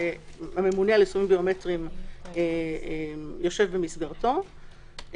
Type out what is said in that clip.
שהממונה על יישומים ביומטריים יושב במסגרתו,